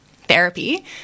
therapy